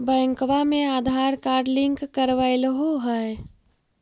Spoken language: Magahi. बैंकवा मे आधार कार्ड लिंक करवैलहो है?